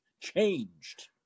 changed